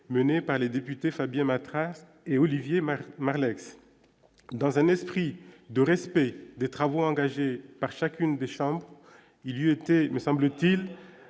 menée par les députés, Fabien Matras et Olivier Marie-Madeleine dans un esprit de respect des travaux engagés par chacune des chambres, lieu était me semble-t-il